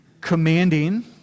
commanding